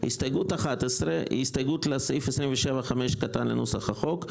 הסתייגות 11 היא הסתייגות לסעיף 27 (5) קטן לנוסח החוק.